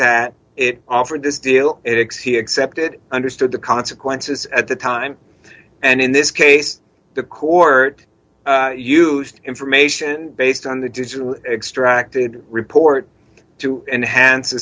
that it offered this deal it exceed accepted understood the consequences at the time and in this case the court used information based on the digital extracted report to enhance